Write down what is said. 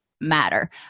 matter